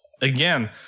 again